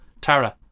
Tara